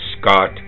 Scott